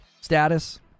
status